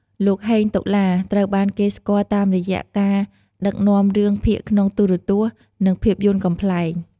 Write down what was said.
លោក ហេង តុលា ត្រូវបានគេស្គាល់តាមរយៈការដឹកនាំរឿងភាគក្នុងទូរទស្សន៍ និងភាពយន្តកំប្លែង។